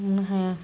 हमनो हाया